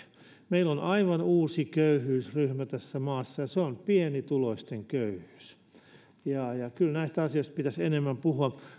meillä on aivan uusi köyhyysryhmä tässä maassa ja se on pienituloisten köyhyys kyllä näistä asioista pitäisi enemmän puhua